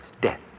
death